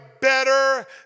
better